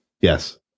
Yes